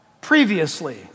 previously